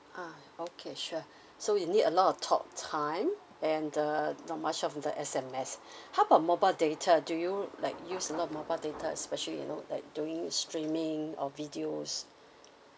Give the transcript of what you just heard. ah okay sure so you need a lot of talk time and uh not much of a S_M_S how about mobile data do you like use a lot of mobile date especially you know like doing streaming or videos